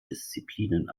disziplinen